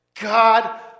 God